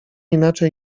inaczej